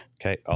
Okay